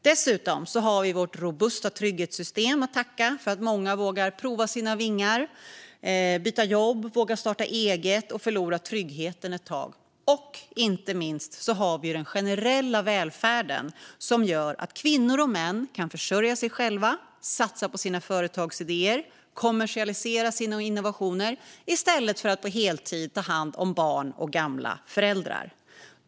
Dessutom har vi vårt robusta trygghetssystem att tacka för att många vågar prova sina vingar, byta jobb, starta eget och förlora tryggheten ett tag. Inte minst har vi också den generella välfärden, som gör att kvinnor och män kan försörja sig själva, satsa på sina företagsidéer och kommersialisera sina innovationer i stället för att på heltid ta hand om barn och gamla föräldrar.